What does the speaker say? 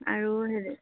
আৰু হেৰি